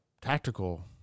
tactical